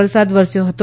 વરસાદ વરસ્યો હતો